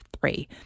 three